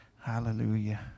hallelujah